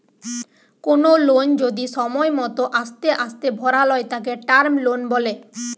কোনো লোন যদি সময় মতো আস্তে আস্তে ভরালয় তাকে টার্ম লোন বলে